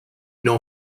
know